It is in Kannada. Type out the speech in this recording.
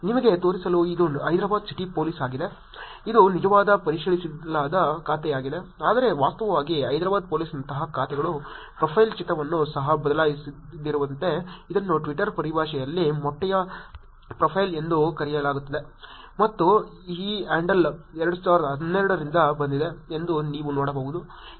ನಿಮಗೆ ತೋರಿಸಲು ಇದು ಹೈದರಾಬಾದ್ ಸಿಟಿ ಪೊಲೀಸ್ ಆಗಿದೆ ಇದು ನಿಜವಾದ ಪರಿಶೀಲಿಸಿದ ಖಾತೆಯಾಗಿದೆ ಆದರೆ ವಾಸ್ತವವಾಗಿ ಹೈದರಾಬಾದ್ ಪೋಲೀಸ್ನಂತಹ ಖಾತೆಗಳು ಪ್ರೊಫೈಲ್ ಚಿತ್ರವನ್ನು ಸಹ ಬದಲಾಯಿಸದಿರುವಂತೆ ಇದನ್ನು Twitter ಪರಿಭಾಷೆಯಲ್ಲಿ ಮೊಟ್ಟೆಯ ಪ್ರೊಫೈಲ್ ಎಂದು ಕರೆಯಲಾಗುತ್ತದೆ ಮತ್ತು ಈ ಹ್ಯಾಂಡಲ್ 2012 ರಿಂದ ಬಂದಿದೆ ಎಂದು ನೀವು ನೋಡಬಹುದು